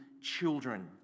children